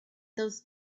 those